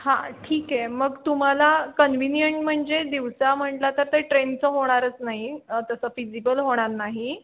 हां ठीक आहे मग तुम्हाला कन्विनियंट म्हणजे दिवसा म्हटलं तर ते ट्रेनचं होणारच नाही तसं फिजिबल होणार नाही